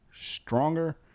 stronger